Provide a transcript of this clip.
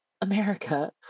America